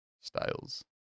styles